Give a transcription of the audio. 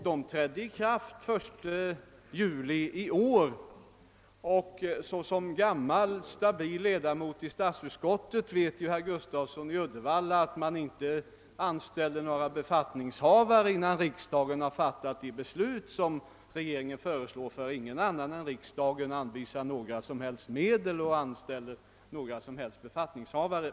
De trädde i kraft den 1 juli i år, och som gammal, stabil ledamot av statsutskottet vet ju herr Gustafsson i Uddevalla, att man inte anställer några befattningshavare innan riksdagen fattat de beslut regeringen föreslagit, ty ingen annan än riksdagen anvisar några medel till nya befattningshavare.